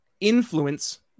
influence